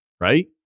right